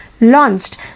launched